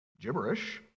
gibberish